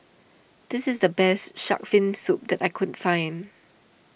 this is the best Shark's Fin Soup that I can find